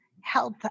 health